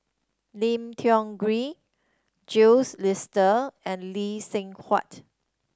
Lim Tiong Ghee Jules and Lee Seng Huat